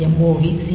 MOV C P3